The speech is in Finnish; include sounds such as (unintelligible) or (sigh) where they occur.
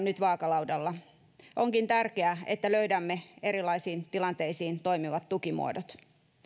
(unintelligible) nyt vaakalaudalla onkin tärkeää että löydämme erilaisiin tilanteisiin toimivat tukimuodot